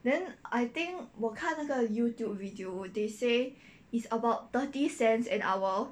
then I think 我看那个 Youtube video they say is about thirty cents an hour